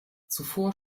zuvor